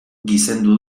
gizendu